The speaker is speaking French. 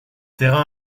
terrain